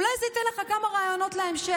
אולי זה ייתן לך כמה רעיונות להמשך.